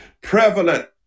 prevalent